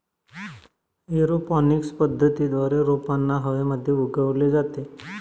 aeroponics पद्धतीद्वारे रोपांना हवेमध्ये उगवले जाते